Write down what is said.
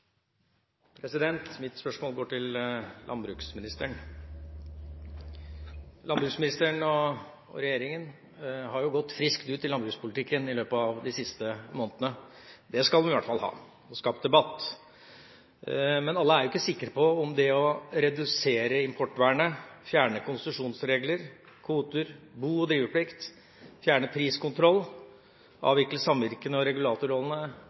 Mitt spørsmål går til landbruksministeren. Landbruksministeren og regjeringa har gått friskt ut i landbrukspolitikken i løpet av de siste månedene. Det skal hun i hvert fall ha – hun har skapt debatt. Alle er ikke sikre på om det å redusere importvernet, fjerne konsesjonsregler, kvoter, bo- og driveplikt, fjerne priskontroll, avvikle samvirkene og regulatorrollene